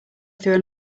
through